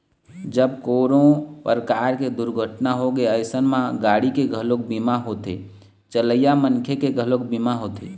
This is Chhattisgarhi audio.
जब कोनो परकार के दुरघटना होगे अइसन म गाड़ी के घलोक बीमा होथे, चलइया मनखे के घलोक बीमा होथे